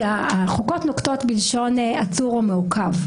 החוקות נוקטות בלשון עצור או מעוכב.